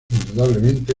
indudablemente